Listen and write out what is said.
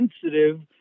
sensitive